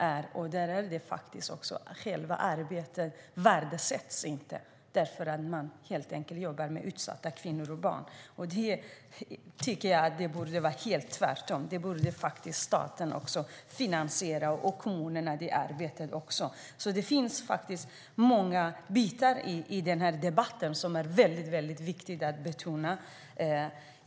Arbetet med utsatta kvinnor och barn värdesätts inte, och jag tycker att det borde vara tvärtom. Staten och kommunerna borde finansiera det arbetet också. Det finns många bitar i denna debatt som är väldigt viktiga att betona.